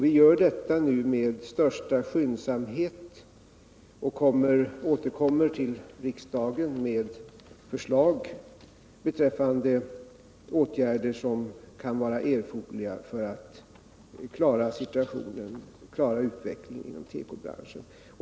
Vi gör detta med största skyndsamhet och återkommer till riksdagen med förslag beträffande åtgärder som kan vara erforderliga för att klara utvecklingen inom tekobranschen.